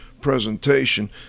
presentation